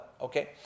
okay